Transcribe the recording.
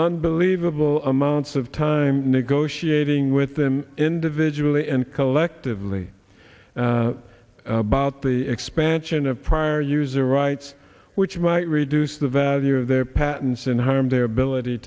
unbelievable amounts of time negotiating with them individually and collectively about the expansion of prior user rights which might reduce the value of their patents and harm their ability